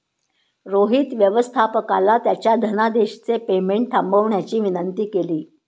रोहित व्यवस्थापकाला त्याच्या धनादेशचे पेमेंट थांबवण्याची विनंती केली